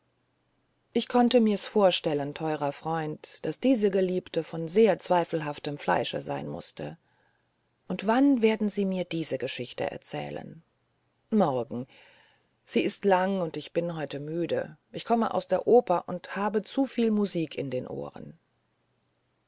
ich konnte mir's vorstellen teurer freund daß diese geliebte von sehr zweifelhaftem fleische sein mußte und wann werden sie mir diese geschichte erzählen morgen sie ist lang und ich bin heute müde ich komme aus der oper und habe zuviel musik in den ohren